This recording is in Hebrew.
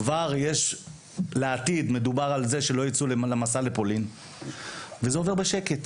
כבר יש לעתיד מדובר על זה שלא יצאו למסע לפולין וזה עובר בשקט,